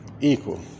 equal